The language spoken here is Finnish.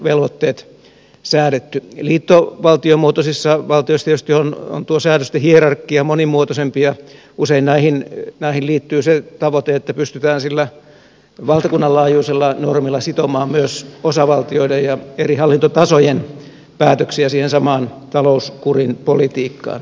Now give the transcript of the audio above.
liittovaltiomuotoisissa valtioissa tietysti säädöstöhierarkia on monimuotoisempi ja usein näihin liittyy se tavoite että pystytään sillä valtakunnan laajuisella normilla sitomaan myös osavaltioiden ja eri hallintotasojen päätöksiä siihen samaan talouskurin politiikkaan